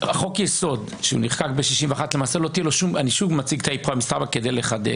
לחוק-יסוד שנחקק ברוב של 61 אני שוב מציג את האיפכא-מסתברא כדי לחדד